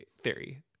theory